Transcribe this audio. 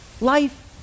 Life